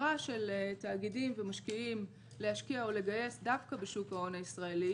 הבחירה של תאגידים ומשקיעים להשקיע או לגייס דווקא בשוק ההון הישראלי